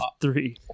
three